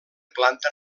planta